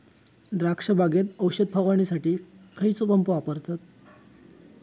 द्राक्ष बागेत औषध फवारणीसाठी खैयचो पंप वापरतत?